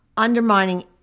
undermining